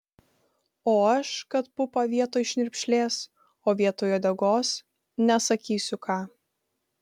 o aš kad pupą vietoj šnirpšlės o vietoj uodegos nesakysiu ką